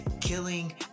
killing